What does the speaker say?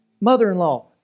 mother-in-law